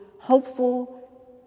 hopeful